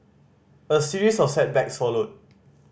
a series of setbacks followed